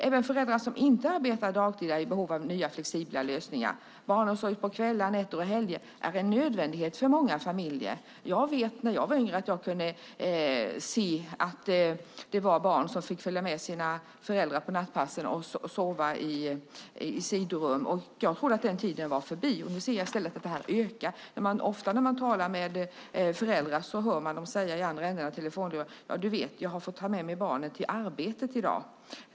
Även föräldrar som inte arbetar dagtid är i behov av nya flexibla lösningar. Barnomsorg på kvällar, nätter och helger är en nödvändighet för många familjer. När jag var yngre kunde jag se att barn fick följa med sina föräldrar på nattpassen och sova i något sidorum. Jag trodde att den tiden var förbi. Nu ser jag att det ökar. När man talar med föräldrar i telefon hör man dem ofta säga: Jag har fått ta med mig barnen till arbetet i dag.